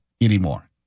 anymore